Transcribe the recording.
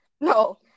No